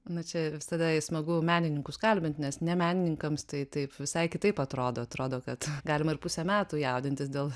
na čia visada smagu menininkus kalbint nes ne menininkams tai taip visai kitaip atrodo atrodo kad galima ir pusę metų jaudintis dėl